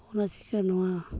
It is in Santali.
ᱚᱱᱟ ᱪᱤᱠᱟᱹ ᱱᱚᱣᱟ